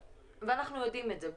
ואנחנו יודעים את זה,